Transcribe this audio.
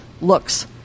looks